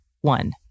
one